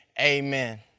Amen